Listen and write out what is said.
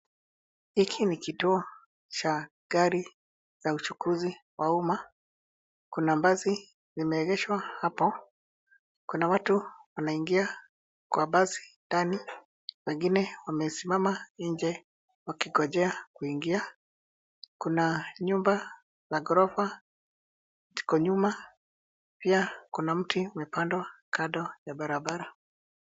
Hiki ni kituo cha gari la uchukuzi wa umma. Kuna basi limeegeshwa hapo. Kuna watu wanaingia kwa basi ndani wengine wamesimama nje wakingojea kuingia. Kuna nyumba ya ghorofa huko nyuma pia kuna miti umepandwa kando ya barabara.